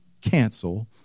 cancel